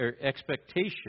expectation